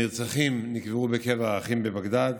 הנרצחים נקברו בקבר אחים בבגדאד.